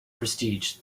prestige